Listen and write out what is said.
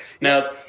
now